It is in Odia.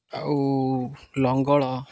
ଆଉ ଲଙ୍ଗଳ